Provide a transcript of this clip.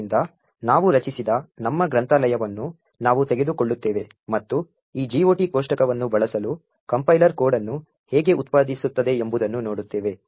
ಆದ್ದರಿಂದ ನಾವು ರಚಿಸಿದ ನಮ್ಮ ಗ್ರಂಥಾಲಯವನ್ನು ನಾವು ತೆಗೆದುಕೊಳ್ಳುತ್ತೇವೆ ಮತ್ತು ಈ GOT ಕೋಷ್ಟಕವನ್ನು ಬಳಸಲು ಕಂಪೈಲರ್ ಕೋಡ್ ಅನ್ನು ಹೇಗೆ ಉತ್ಪಾದಿಸುತ್ತದೆ ಎಂಬುದನ್ನು ನೋಡುತ್ತೇವೆ